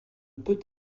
peut